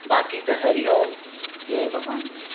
बाक़ी त हरिओम जय भगवान जी